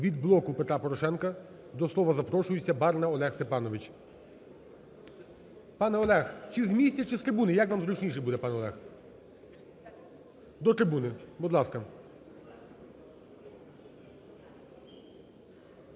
Від "Блоку Петра Порошенка" до слова запрошується Барна Олег Степанович. Пане Олег, чи з місця, чи з трибуни? Як вам зручніше буде, пане Олег? До трибуни, будь ласка.